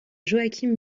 joachim